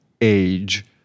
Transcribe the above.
age